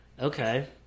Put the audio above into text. okay